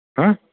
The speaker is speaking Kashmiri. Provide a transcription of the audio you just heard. ہہ